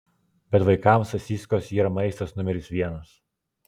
bet vaikams sasyskos yra maistas numeris vienas